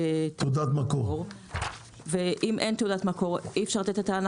תעודת מקור ואם אין תעודת מקור אי אפשר לתת את ההנחה.